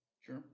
Sure